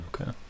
okay